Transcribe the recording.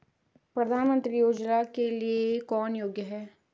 प्रधानमंत्री योजना के लिए कौन योग्य है?